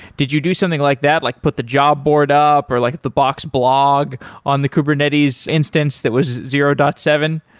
did you do something like that, like put the job board up or like the box blog on the kubernetes instance that was zero point seven?